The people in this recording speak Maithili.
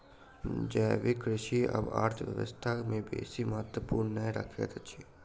जैविक कृषि आब अर्थव्यवस्था में बेसी महत्त्व नै रखैत अछि